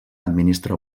administra